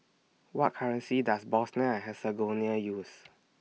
What currency Does Bosnia Herzegovina use